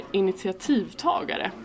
initiativtagare